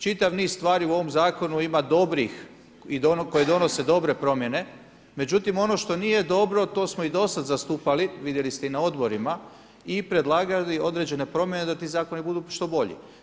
Čitav niz stvari u ovom zakon ima dobrih koje donose dobre promjene, međutim ono što nije dobro to smo i do sada zastupali, vidjeli ste i na odborima i predlagali određene promjene da ti zakoni budu što bolji.